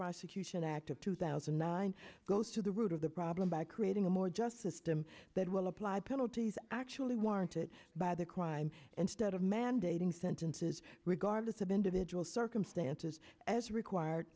prosecution act of two thousand and nine goes to the root of the problem by creating a more just system that will apply penalties actually warranted by the crime and stead of mandating sentences regardless of individual circumstances as required